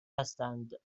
هستند